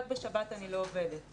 רק בשבת אני לא עובדת,